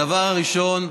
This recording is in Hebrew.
הדבר הראשון,